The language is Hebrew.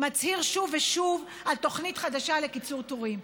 מצהיר שוב ושוב על תוכנית חדשה לקיצור תורים,